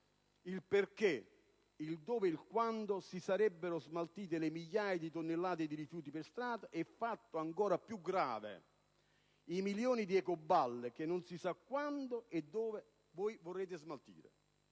il dove, il quando e il perché si sarebbero smaltite le migliaia di tonnellate di rifiuti per strada e, fatto ancor più grave, le milioni di ecoballe che non si sa quando e dove si dovranno smaltire.